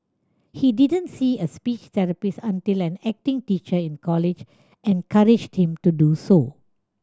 he didn't see a speech therapist until an acting teacher in college encouraged him to do so